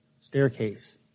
staircase